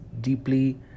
deeply